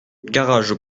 garage